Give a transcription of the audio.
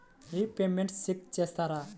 Repayments check చేస్తారా?